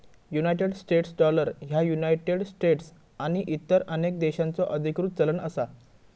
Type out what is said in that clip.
United States dollar ह्या United States आणि इतर अनेक देशांचो अधिकृत चलन असा